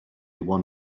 one